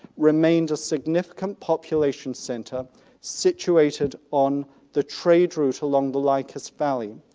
remained a significant population centre situated on the trade route along the lycus valley.